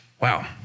Wow